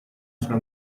fra